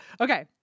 okay